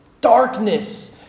darkness